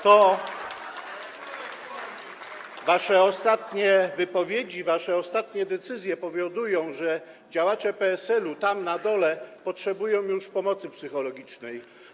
To wasze ostatnie wypowiedzi, wasze ostatnie decyzje powodują, że działacze PSL-u tam, na dole, potrzebują już pomocy psychologicznej.